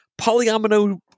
polyomino